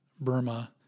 Burma